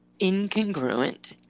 incongruent